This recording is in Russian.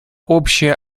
общая